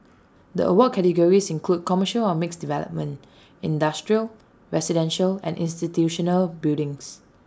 the award categories include commercial or mixed development industrial residential and institutional buildings